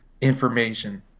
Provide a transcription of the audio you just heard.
information